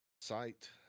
site